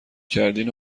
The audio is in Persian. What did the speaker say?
کردین